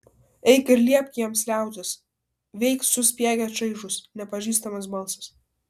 eik ir liepk jiems liautis veik suspiegė čaižus nepažįstamas balsas